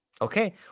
Okay